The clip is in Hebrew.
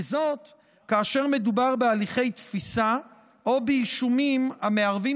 וזאת כאשר מדובר בהליכי תפיסה או באישומים המערבים